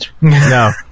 No